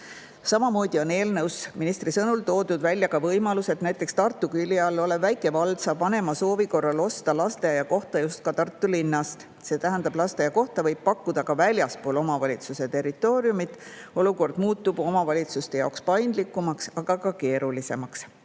Samamoodi on ministri sõnul eelnõus toodud välja võimalus, et näiteks Tartu külje all olev väike vald saab vanema soovi korral osta lasteaiakoha just Tartu linnast. See tähendab, et lasteaiakohta võib pakkuda ka väljaspool omavalitsuse territooriumit. Olukord muutub omavalitsuste jaoks paindlikumaks, aga ka keerulisemaks.